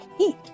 eat